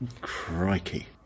Crikey